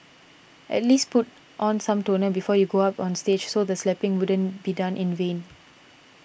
at least put on some toner before you go up on stage so the slapping wouldn't be done in vain